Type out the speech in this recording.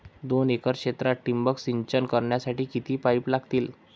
दोन एकर क्षेत्रात ठिबक सिंचन करण्यासाठी किती पाईप लागतील?